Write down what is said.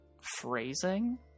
phrasing